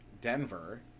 Denver